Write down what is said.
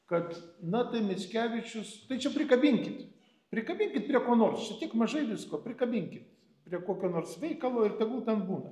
kad na tai mickevičius tai čia prikabinkit prikabinkit prie ko nors čia tiek mažai visko prikabinkit prie kokio nors veikalo ir tegul būna